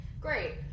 great